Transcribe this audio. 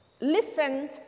listen